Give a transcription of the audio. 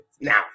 now